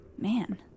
Man